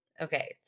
Okay